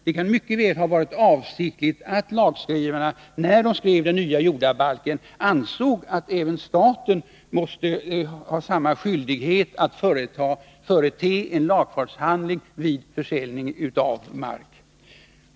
Det kan mycket väl ha varit avsiktligt. Det kan ha varit så att lagskrivarna, när de skrev den nya jordabalken, ansåg att samma skyldighet måste gälla även för staten att förete en lagfartshandling vid försäljning av mark.